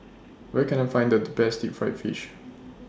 Where Can I Find The Best Deep Fried Fish